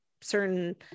certain